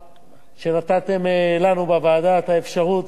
שנתתם לנו בוועדה את האפשרות להביא את החוק